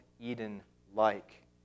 Eden-like